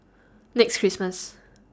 next Christmas